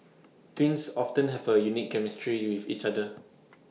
twins often have A unique chemistry with each other